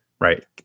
right